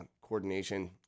coordination